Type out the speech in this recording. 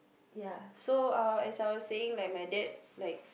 ya so uh as I was saying like my dad like